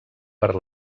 per